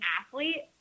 athlete